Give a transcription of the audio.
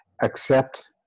accept